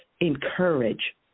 encourage